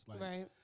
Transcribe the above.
Right